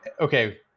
okay